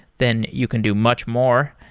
then you can do much more.